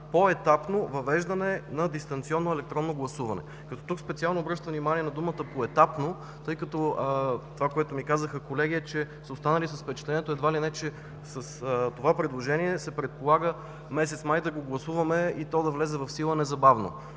поетапно въвеждане на дистанционно електронно гласуване.” Тук специално обръщам внимание на думата „поетапно”, тъй като това, което ми казаха колеги, е, че са останали с впечатлението едва ли не, че с това предложение се предполага месец май да го гласуваме и то да влезе в сила незабавно.